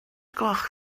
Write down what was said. gloch